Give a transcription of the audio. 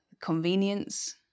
convenience